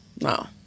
no